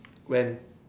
when